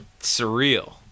surreal